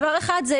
דבר ראשון,